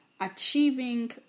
achieving